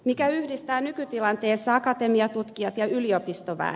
mikä yhdistää nykytilanteessa akatemiatutkijat ja yliopistoväen